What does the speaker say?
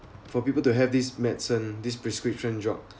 for people to have this medicine this prescription drug